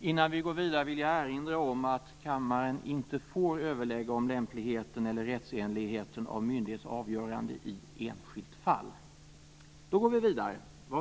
Innan vi går vidare vill jag erinra om att kammaren inte får överlägga om lämpligheten eller rättsenligheten av myndighets avgörande i enskilt fall.